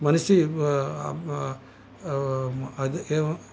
मनसि एवम्